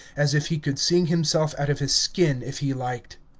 as if he could sing himself out of his skin if he liked.